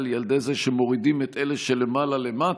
היא על ידי זה שמורידים את אלה שלמעלה למטה,